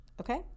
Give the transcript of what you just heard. Okay